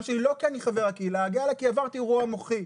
לא מכיוון שאני חבר הקהילה הגאה אלא מכיוון שעברתי אירוע מוחי.